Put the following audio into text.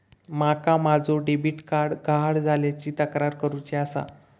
माका माझो debit card गहाळ झाल्याची तक्रार करुची आसा